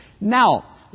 Now